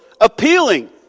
appealing